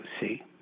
see